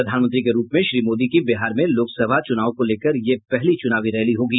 प्रधानमंत्री के रूप में श्री मोदी की बिहार में लोकसभा चूनाव को लेकर यह पहली चुनावी रैली होगी